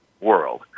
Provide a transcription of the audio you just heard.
world